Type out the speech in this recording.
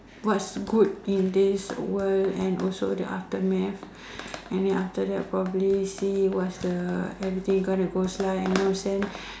what's good in this world and also the aftermath and then after that probably see what the everything going to goes like and you know send